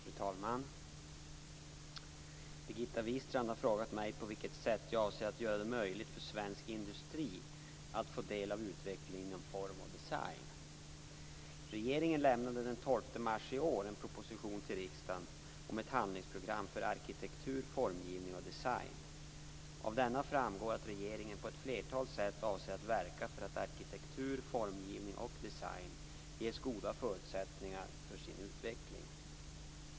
Fru talman! Birgitta Wistrand har frågat mig på vilket sätt jag avser att göra det möjligt för svensk industri att få ta del av utvecklingen inom form och design. Regeringen lämnade den 12 mars i år en proposition till riksdagen om ett handlingsprogram för arkitektur, formgivning och design. Av denna framgår att regeringen på ett flertal sätt avser att verka för att arkitektur, formgivning och design ges goda förutsättningar för sin utveckling.